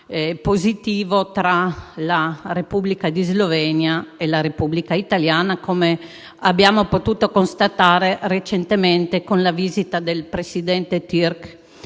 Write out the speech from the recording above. positivo tra la Repubblica di Slovenia e la Repubblica italiana, come abbiamo potuto constatare recentemente con la visita del presidente Türk